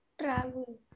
Travel